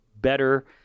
better